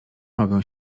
mogę